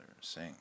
sing